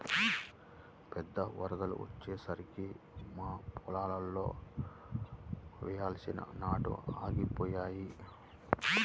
పెద్ద వరదలు వచ్చేసరికి మా పొలంలో వేయాల్సిన నాట్లు ఆగిపోయాయి